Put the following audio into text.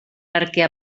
perquè